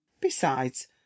Besides